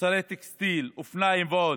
מוצרי טקסטיל, אופניים ועוד.